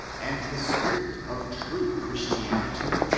and the spirit of true christianity